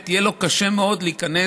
יהיה לו באמת קשה מאוד להיכנס